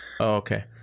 okay